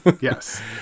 Yes